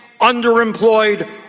underemployed